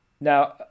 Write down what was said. Now